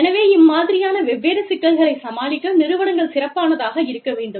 எனவே இம்மாதிரியான வெவ்வேறு சிக்கல்களைச் சமாளிக்க நிறுவனங்கள் சிறப்பானதாக இருக்க வேண்டும்